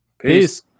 Peace